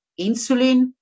insulin